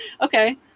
Okay